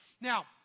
Now